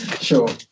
sure